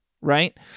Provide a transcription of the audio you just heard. right